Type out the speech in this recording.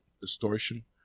Distortion